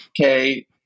okay